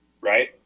right